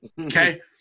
Okay